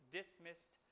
dismissed